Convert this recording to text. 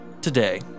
today